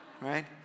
right